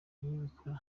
niyibikora